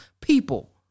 people